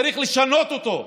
צריך לשנות אותו,